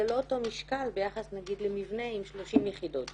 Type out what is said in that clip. זה לא אותו משקל ביחס נגיד למבנה עם 30 יחידות דיור.